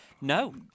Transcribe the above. No